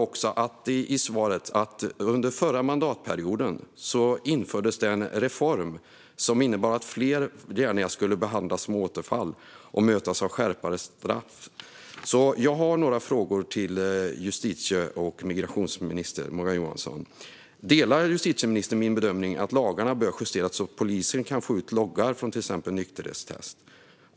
Det sägs i svaret att det under förra mandatperioden infördes en reform som innebar att fler gärningar skulle behandlas som återfall och mötas av skärpta straff. Jag har därför några frågor till justitie och migrationsminister Morgan Johansson: Delar justitieministern min bedömning att lagarna bör justeras så att polisen kan få ut loggar från till exempel nykterhetstester?